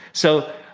so,